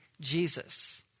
Jesus